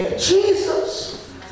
Jesus